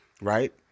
right